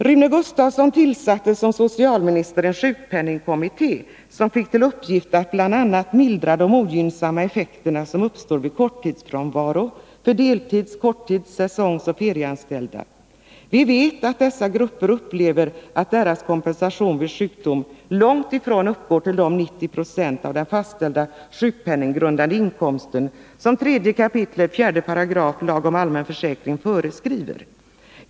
Rune Gustavsson tillsatte som socialminister en sjukpenningkommitté, som fick till uppgift bl.a. att mildra de ogynnsamma effekter som uppstår vid korttidsfrånvaro för deltids-, korttids-, säsongsoch ferieanställda. Vi vet att dessa grupper upplever att deras kompensation vid sjukdom långt ifrån uppgår till de 90 96 av den fastställda sjukpenninggrundande inkomsten som 3 kap. 4§ lagen om allmän försäkring föreskriver.